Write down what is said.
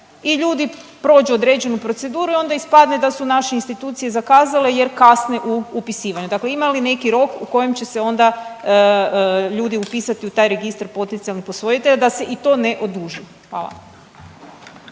i ljudi prođu određenu proceduru i onda ispadne da su naše institucije zakazale jer kasne u upisivanju. Dakle, ima li neki rok u kojem će se onda ljudi upisati u taj registar potencijalnih posvojitelja da se i to ne oduži. Hvala.